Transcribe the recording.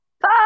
Bye